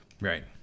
Right